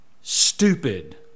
stupid